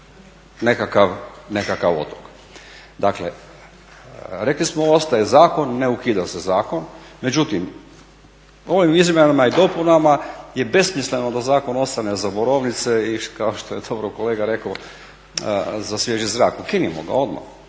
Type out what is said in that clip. nekakav otok. Dakle rekli smo ostaje zakon, ne ukida se zakon, međutim ovim izmjenama i dopunama je besmisleno da zakon ostane za borovnice i kao što je dobro kolega rekao za svježi zrak. Ukinimo ga odmah,